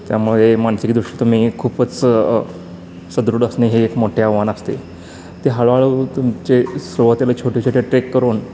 त्यामुळे मानसिकदुश तुम्ही खूपच सदृढ असणे हे एक मोठे आव्हान असते ते हळूहळू तुमचे सुरुवातीला छोटे छोट्या ट्रेक करून